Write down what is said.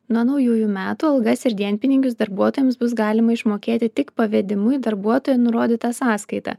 nuo naujųjų metų algas ir dienpinigius darbuotojams bus galima išmokėti tik pavedimu į darbuotojo nurodytą sąskaitą